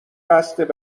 قصد